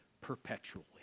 perpetually